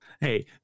Hey